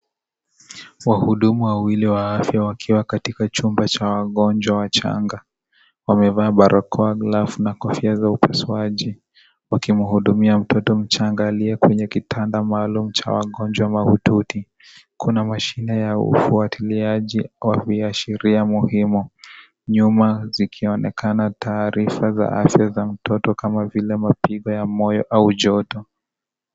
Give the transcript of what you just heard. Wahudumu wawili wa afya wakiwa katika chumba cha wagonjwa wachanga. Wamevaa barakoa, glavu na kofia za upasuaji wakimhudumia mtoto mchanga aliye kwenye kitanda maalum cha wagonjwa mahututi. Kuna mashine ya ufuatiliaji wa viashiria vya muhimu, nyuma zikionekana taarifa za afya za mtoto kama vile mapigo ya moyo au joto.